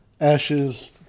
ashes